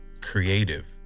creative